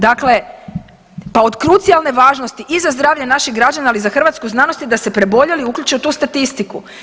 Dakle, pa od krucijalne važnosti i za zdravlje naših građana, ali i za hrvatsku znanost da se preboljeli uključe u tu statistiku.